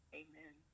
amen